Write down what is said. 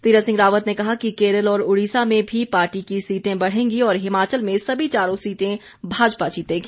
तीरथ सिंह रावत ने कहा कि केरल और उड़ीसा में भी पार्टी की सीटें बढ़ेंगी और हिमाचल में सभी चारों सीटें भाजपा जीतेगी